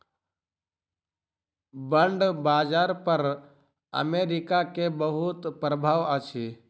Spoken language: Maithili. बांड बाजार पर अमेरिका के बहुत प्रभाव अछि